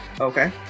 Okay